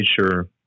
sure